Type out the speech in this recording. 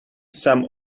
some